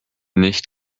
nicht